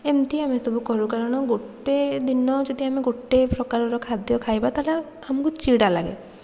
ଏମିତି ଆମେ ସବୁ କରୁ କାରଣ ଗୋଟେ ଦିନ ଯଦି ଆମେ ଗୋଟେ ପ୍ରକାରର ଖାଦ୍ୟ ଖାଇବା ତାହେଲେ ଆମକୁ ଚିଡ଼ା ଲାଗେ